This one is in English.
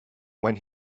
when